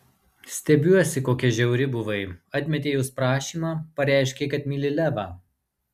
stebiuosi kokia žiauri buvai atmetei jos prašymą pareiškei kad myli levą